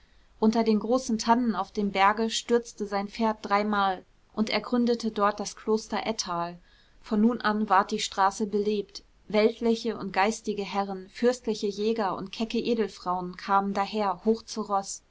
unter den großen tannen auf dem berge stürzte sein pferd dreimal und er gründete dort das kloster ettal von nun an ward die straße belebt weltliche und geistliche herren fürstliche jäger und kecke edelfrauen kamen daher hoch zu roß